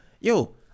yo